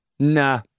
Nah